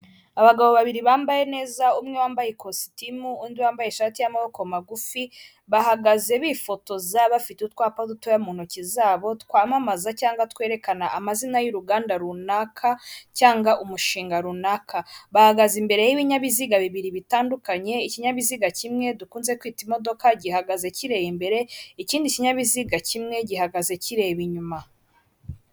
abagabo babiri bambaye neza umwe wambaye ikositimu undi wambaye ishati y'amaboko magufi bahagaze bifotoza bafite utwapa dutoya mu ntoki zabo twamamaza cyangwa twerekana amazina y'uruganda runaka cyangwa umushinga runaka, bahagaze imbere y'ibinyabiziga bibiri bitandukanye ikinyabiziga kimwe dukunze kwita imodoka gihagaze kireba imbere ikindi kinyabiziga kimwe gihagaze kireba inyuma.